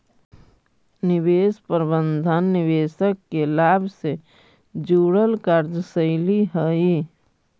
निवेश प्रबंधन निवेशक के लाभ से जुड़ल कार्यशैली हइ